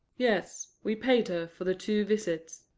yes we paid her for the two visits.